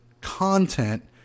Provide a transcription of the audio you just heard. content